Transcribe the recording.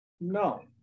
No